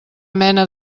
mena